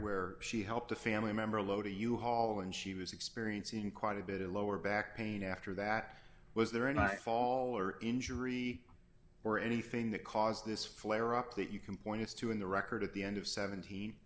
where she helped a family member load a u haul and she was experiencing quite a bit lower back pain after that was there and i fall or injury or anything that caused this flare up that you can point to in the record at the end of seventeen